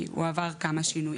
כי הוא עבר כמה שינויים.